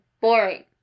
Boring